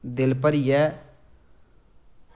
दिल भरियै